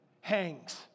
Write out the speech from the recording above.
hangs